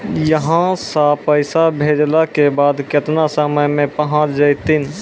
यहां सा पैसा भेजलो के बाद केतना समय मे पहुंच जैतीन?